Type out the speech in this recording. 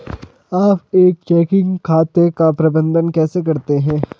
आप एक चेकिंग खाते का प्रबंधन कैसे करते हैं?